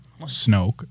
Snoke